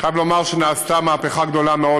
אני חייב לומר שנעשתה מהפכה גדולה מאוד